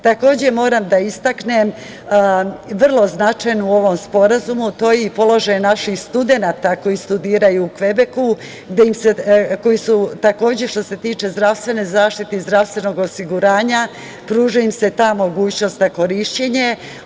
Takođe, moram da istaknem, vrlo značajno u ovom sporazumu, to je položaj i naših studenata koji studiraju u Kvebeku, kojima se takođe što se tiče zdravstvene zaštite i zdravstvenog osiguranja pruža im se ta mogućnost na korišćenje.